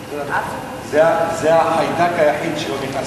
זה החיידק היחיד שעדיין לא נכנס